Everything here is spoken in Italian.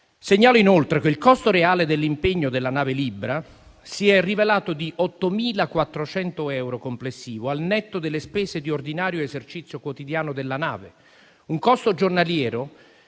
Segnalo inoltre che il costo reale dell'impegno della nave Libra si è rivelato di 8.400 euro complessivi, al netto delle spese di ordinario esercizio quotidiano della nave; un costo giornaliero